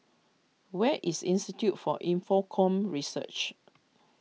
where is Institute for Infocomm Research